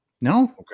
No